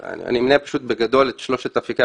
המנכ"לית דיברה למשל על הטענה,